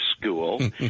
school